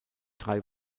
drei